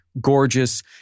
gorgeous